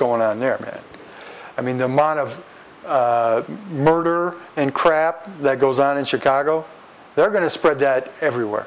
going on there i mean the amount of murder and crap that goes on in chicago they're going to spread that everywhere